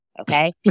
Okay